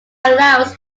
allows